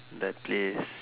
that place